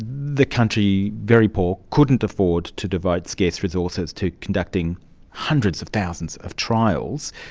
the country, very poor, couldn't afford to devote scarce resources to conducting hundreds of thousands of trials.